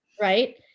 right